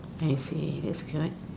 I see it's correct